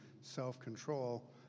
self-control